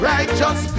Righteous